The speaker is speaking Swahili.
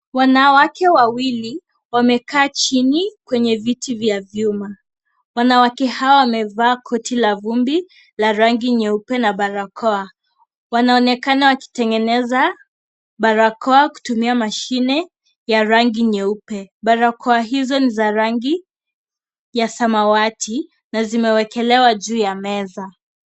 Wanawake wawili wamekaa chini kwenye viti vya vyuma. Wanawake hawa wamevaa koti la vumbi la rangi nyeupe na barakoa. Wanaoneka wakitengeneza barakoa kutumia mashine ya rangi nyeupe. Barakoa hizo ni za rangi ya samawati na zimewekelewa juu ya meza.